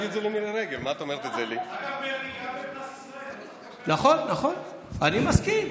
אגב, גם פרס ישראל, נכון, נכון, אני מסכים.